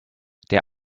der